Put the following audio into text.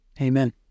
Amen